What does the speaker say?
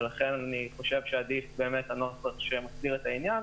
אני חושב שעדיף הנוסח הזה שמסדיר את העניין